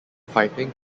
fighting